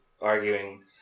arguing